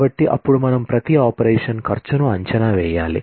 కాబట్టి అప్పుడు మనం ప్రతి ఆపరేషన్ ఖర్చును అంచనా వేయాలి